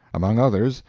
among others,